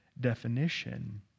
definition